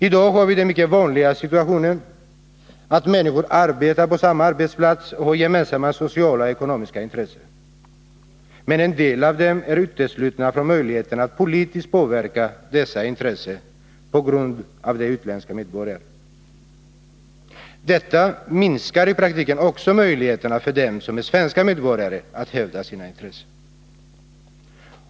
I dag har vi den mycket vanliga situationen att människor arbetar på samma arbetsplats och har gemensamma sociala och ekonomiska intressen. Men en del av dem är uteslutna från möjligheten att politiskt påverka dessa intressen på grund av att de är utländska medborgare. Detta minskar i praktiken också möjligheterna för dem som är svenska medborgare att hävda sina intressen.